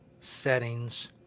settings